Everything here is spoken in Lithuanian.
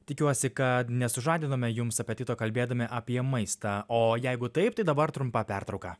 tikiuosi kad nesužadinome jums apetito kalbėdami apie maistą o jeigu taip tai dabar trumpa pertrauka